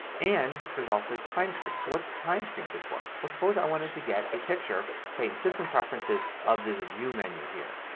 and there's also timed screen. so what's timed screen good for. well, suppose i wanted to get a picture, say in system preferences, of this view menu here.